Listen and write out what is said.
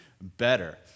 better